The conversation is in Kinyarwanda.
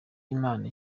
imana